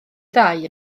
ddau